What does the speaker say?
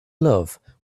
love